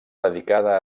dedicada